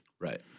Right